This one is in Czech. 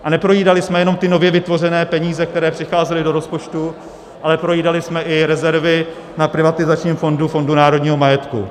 A neprojídali jsme jenom ty nově vytvořené peníze, které přicházely do rozpočtu, ale projídali jsme i rezervy na privatizačním fondu, Fondu národního majetku.